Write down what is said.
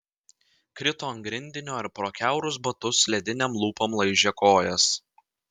krito ant grindinio ir pro kiaurus batus ledinėm lūpom laižė kojas